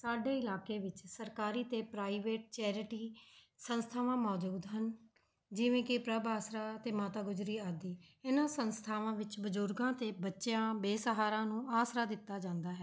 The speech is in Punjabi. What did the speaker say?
ਸਾਡੇ ਇਲਾਕੇ ਵਿੱਚ ਸਰਕਾਰੀ ਅਤੇ ਪ੍ਰਾਈਵੇਟ ਚੈਰਿਟੀ ਸੰਸਥਾਵਾਂ ਮੌਜੂਦ ਹਨ ਜਿਵੇਂ ਕਿ ਪ੍ਰਭ ਆਸਰਾ ਅਤੇ ਮਾਤਾ ਗੁਜਰੀ ਆਦਿ ਇਹਨਾਂ ਸੰਸਥਾਵਾਂ ਵਿੱਚ ਬਜ਼ੁਰਗਾਂ ਅਤੇ ਬੱਚਿਆਂ ਬੇਸਹਾਰਾ ਨੂੰ ਆਸਰਾ ਦਿੱਤਾ ਜਾਂਦਾ ਹੈ